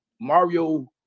mario